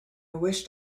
wished